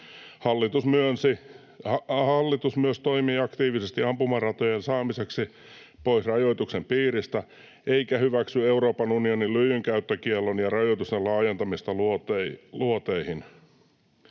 Hallitus myös toimii aktiivisesti ampumaratojen saamiseksi pois rajoituksen piiristä eikä hyväksy Euroopan unionin lyijynkäyttökiellon ja ‑rajoitusten laajentamista luoteihin.”